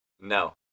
No